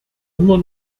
immer